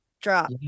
drop